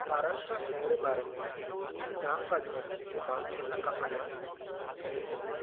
महाराष्ट्रा शहर जे बारे में ईअं जाम ॻाल्हियूं आहिनि जेकी माण्हुनि खे न ख़बरु आहिनि जीअं की